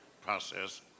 process